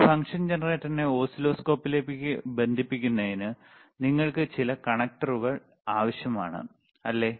ഈ ഫംഗ്ഷൻ ജനറേറ്ററിനെ ഓസിലോസ്കോപ്പിലേക്ക് ബന്ധിപ്പിക്കുന്നതിന് നിങ്ങൾക്ക് ചില കണക്റ്ററുകൾ ആവശ്യമാണ് അല്ലേ